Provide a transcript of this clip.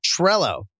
Trello